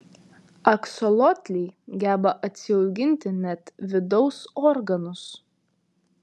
aksolotliai geba atsiauginti net vidaus organus